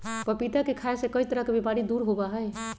पपीता के खाय से कई तरह के बीमारी दूर होबा हई